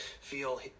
feel